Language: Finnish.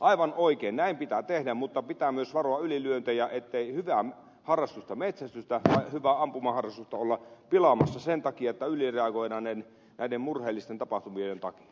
aivan oikein näin pitää tehdä mutta pitää myös varoa ylilyöntejä ettei hyvää harrastusta metsästystä tai hyvää ampumaharrastusta olla pilaamassa sen takia että ylireagoidaan näiden murheellisten tapahtumien takia